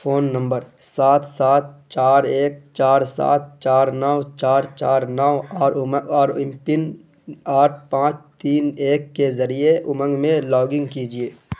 phone number سات سات چار ایک چار سات چار نو چار چار نو اور اور ایم پن آٹھ پانچ تین ایک کے ذریعے امنگ میں لاگن کیجیے